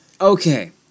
Okay